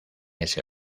ese